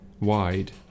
wide